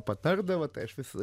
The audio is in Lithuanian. patardavo tai aš visada